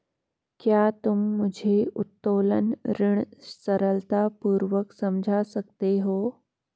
क्या तुम मुझे उत्तोलन ऋण सरलतापूर्वक समझा सकते हो?